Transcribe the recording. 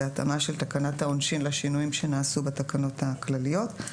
זה התאמה של תקנת העונשין לשינויים שנעשו בתקנות הכלליות.